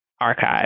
archive